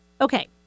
Okay